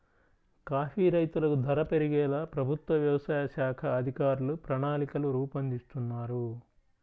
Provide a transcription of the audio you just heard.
coffee రైతులకు ధర పెరిగేలా ప్రభుత్వ వ్యవసాయ శాఖ అధికారులు ప్రణాళికలు రూపొందిస్తున్నారు